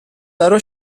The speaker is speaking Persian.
برا